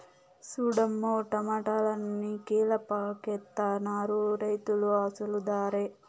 సూడమ్మో టమాటాలన్ని కీలపాకెత్తనారు రైతులు అసలు దరే